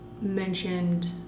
mentioned